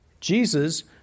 Jesus